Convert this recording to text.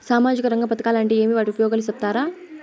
సామాజిక రంగ పథకాలు అంటే ఏమి? వాటి ఉపయోగాలు సెప్తారా?